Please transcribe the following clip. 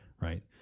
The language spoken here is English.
right